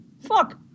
Fuck